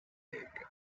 egg